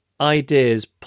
ideas